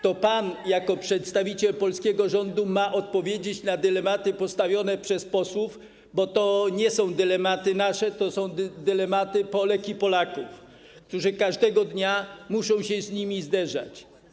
To pan jako przedstawiciel polskiego rządu ma odpowiedzieć na dylematy przedstawione przez posłów, bo to nie są dylematy nasze, tylko to są dylematy Polek i Polaków, którzy każdego dnia muszą się z tym mierzyć.